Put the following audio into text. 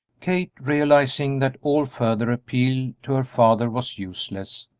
kate, realizing that all further appeal to her father was useless,